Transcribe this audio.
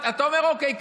אתה אומר: אוקיי,